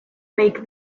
make